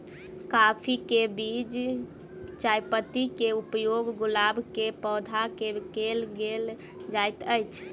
काफी केँ बीज आ चायपत्ती केँ उपयोग गुलाब केँ पौधा मे केल केल जाइत अछि?